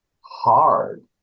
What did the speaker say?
hard